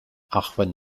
acmhainn